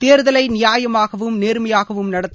தேர்தலை நியாயமாகவும் நேர்மையாகவும் நடத்த